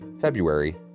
February